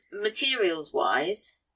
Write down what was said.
materials-wise